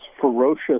ferocious